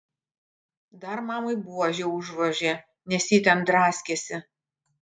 dar mamai buože užvožė nes ji ten draskėsi